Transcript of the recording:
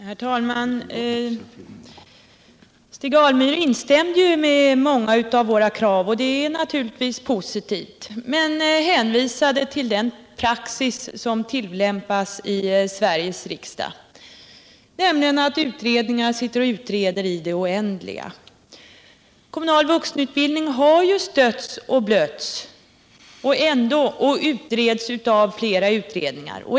Herr talman! Stig Alemyr instämde med oss i många av våra krav — och det är naturligtvis positivt — men hänvisade i övrigt till den praxis som tillämpas i Sveriges riksdag, nämligen att utredningar sitter och utreder i det oändliga. Frågan om kommunal vuxenutbildning har stötts och blötts och utretts av flera utredningar.